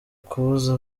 kubuza